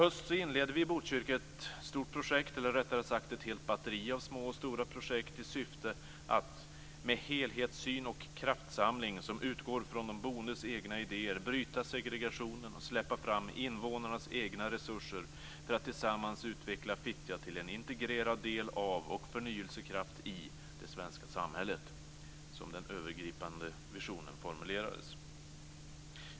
I höstas inledde vi i Botkyrka ett stort projekt, eller rättare sagt ett helt batteri av små och stora projekt, i syfte att "med helhetssyn och kraftsamling, som utgår från de boendes egna idéer, bryta segregationen och släppa fram invånarnas egna resurser för att tillsammans utveckla Fittja till en integrerad del av och förnyelsekraft i det svenska samhället" som den övergripande visionen formulerades.